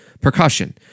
percussion